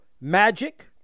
Magic